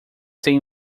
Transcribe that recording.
têm